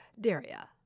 Daria